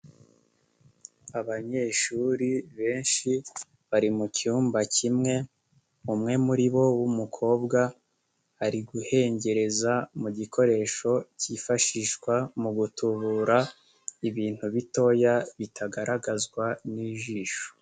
Abanyeshuri benshi bari mu cyumba kimwe, umwe muribo w'umukobwa ari guhengereza mu igikoresho kifashishwa mu gutubura ibintu bitoya bitagaragazwa n'ijisho.